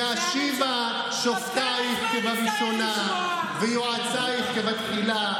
"ואשיבה שֹׁפטיך כבראשנה ויֹעֲציך כבתחילה,